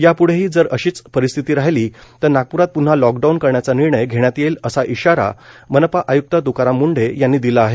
याप्ढेही जर अशीच परिस्थिती राहिली तर नागप्रात प्न्हा लॉकडाऊन करण्याचा निर्णय घेण्यात येईल असा इशारा मनपा आय्क्त त्काराम मुंढे यांनी दिला आहे